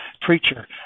preacher